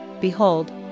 Behold